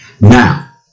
Now